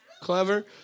clever